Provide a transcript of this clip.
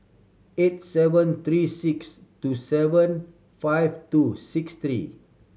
eight seven three six two seven five two six three